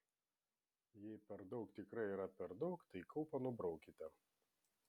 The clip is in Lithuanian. jei per daug tikrai yra per daug tai kaupą nubraukite